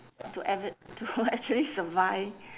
to to actually survive